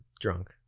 drunk